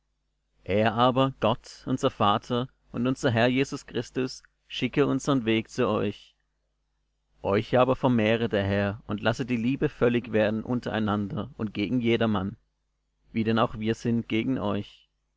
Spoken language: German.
er aber gott unser vater und unser herr jesus christus schicke unsern weg zu euch euch aber vermehre der herr und lasse die liebe völlig werden untereinander und gegen jedermann wie denn auch wir sind gegen euch